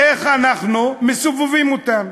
איך אנחנו מסובבים אותם.